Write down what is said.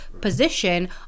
position